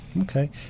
Okay